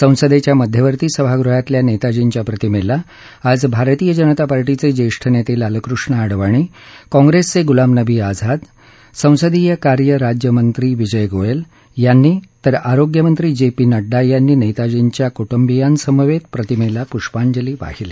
संसदेच्या मध्यवर्ती सभागृहातल्या नेताजींच्या प्रतिमेला आज भारतीय जनता पार्टीचे ज्येष्ठ नेते लालकृष्ण अडवाणी काँग्रेसचे गुलाम नबी आझाद संसदीय कार्य राज्यमंत्री विजय गोयल यांनी तर आरोग्यमंत्री जे पी नड्डा यांनी नेताजींच्या कुटुंबियांसमवेत प्रतिमेला पुष्पांजली वाहिली